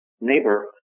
neighbor